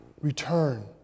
return